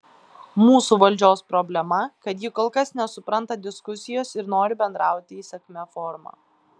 mūsų valdžios problema kad ji kol kas nesupranta diskusijos ir nori bendrauti įsakmia forma